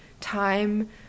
time